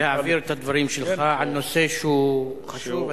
להעביר את הדברים שלך בנושא שהוא חשוב.